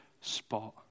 spot